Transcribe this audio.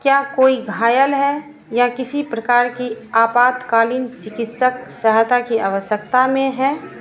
क्या कोई घायल है या किसी प्रकार की आपातकालीन चिकित्सक सहायता की आवश्यकता में है